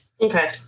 Okay